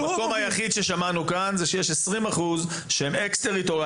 המקום היחיד ששמענו כאן הוא שיש 20% שהם אקס-טריטוריה,